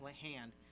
hand